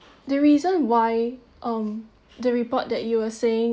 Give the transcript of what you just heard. the reason why um the report that you were saying